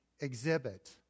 exhibit